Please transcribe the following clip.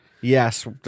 Yes